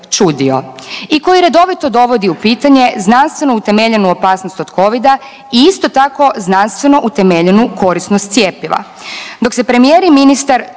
i koji redovito dovodi u pitanje znanstveno utemeljenu opasnost od Covida i isto tako znanstveno utemeljenu korisnost cjepiva.